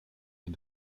den